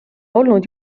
olnud